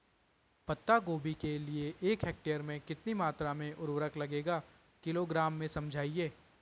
पत्ता गोभी के लिए एक हेक्टेयर में कितनी मात्रा में उर्वरक लगेगा किलोग्राम में समझाइए?